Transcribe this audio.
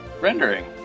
rendering